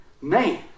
Man